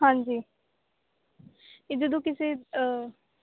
ਹਾਂਜੀ ਇਹ ਜਦੋਂ ਕਿਸੇ